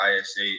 ISA